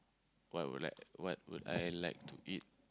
what would like what would I like to eat